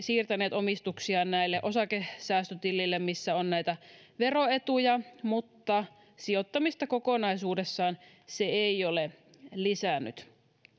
siirtäneet omistuksiaan näille osakesäästötileille missä on näitä veroetuja mutta sijoittamista kokonaisuudessaan se ei ole lisännyt